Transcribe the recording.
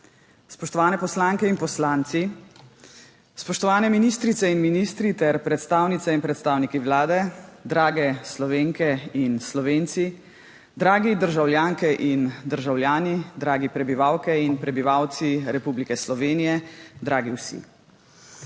spoštovane poslanke in poslanci, spoštovane ministrice in ministri ter predstavnice in predstavniki Vlade, drage Slovenke in Slovenci, dragi državljanke in državljani, drage prebivalke in prebivalci Republike Slovenije, dragi vsi!